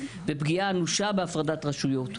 ופגיעה אנושה בהפרדת רשויות.